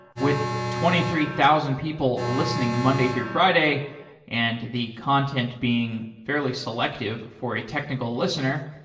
with twenty three thousand people listening monday through friday and the content being fairly selective for a technical listener,